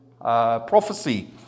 prophecy